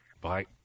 Bye